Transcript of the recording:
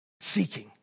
seeking